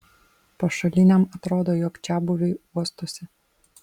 pašaliniam atrodo jog čiabuviai uostosi